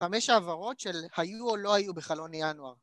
חמש העברות של היו או לא היו בחלון ינואר